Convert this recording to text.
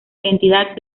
identidad